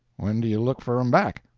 when do you look for em back?